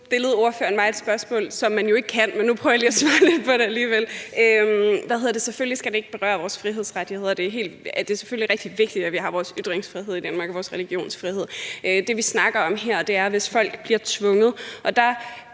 stillede ordføreren mig et spørgsmål, hvad man jo ikke kan, men nu prøver jeg lige at svare lidt på det alligevel. Selvfølgelig skal det ikke berøre vores frihedsrettigheder. Det er selvfølgelig rigtig vigtigt, at vi har vores ytringsfrihed i Danmark og vores religionsfrihed. Det, vi snakker om her, er, hvis folk bliver tvunget, og der